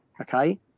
okay